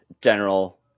general